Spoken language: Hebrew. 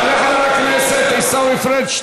יעלה חבר הכנסת עיסאווי פריג'.